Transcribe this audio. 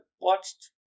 watched